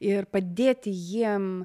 ir padėti jiem